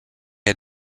had